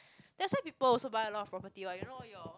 that's why people also buy a lot of property what you know your